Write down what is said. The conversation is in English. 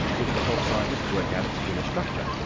which will help scientists work out its inner structure.